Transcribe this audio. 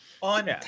on